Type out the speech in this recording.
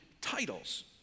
titles